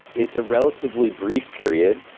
it's a relatively brief period,